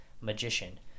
Magician